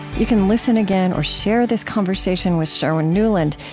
you can listen again or share this conversation with sherwin nuland,